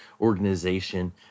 organization